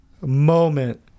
moment